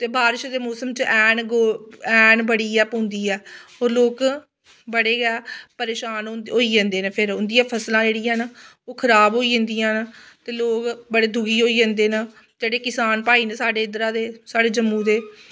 ते बारिश दे मोसम च ऐह्न गो ऐह्न बड़ी गै पौंदी ऐ होर लोक बड़े गै परेशान होई जंदे न फिर उंदियां फसलां जेह्ड़ियां न ओह् खराब होई जंदिया न ते लोक बड़े दुखी होई जंदे न जेह्ड़े किसान भाई न साढ़े इद्धरा दे साढ़े जम्मू दे